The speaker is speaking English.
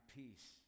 peace